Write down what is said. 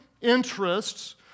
interests